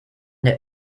der